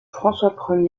françois